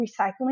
recycling